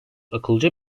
akıllıca